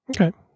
Okay